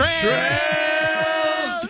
trails